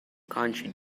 country